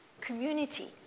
Community